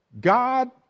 God